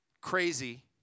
crazy